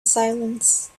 silence